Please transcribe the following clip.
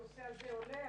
הנושא הזה עולה,